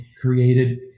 created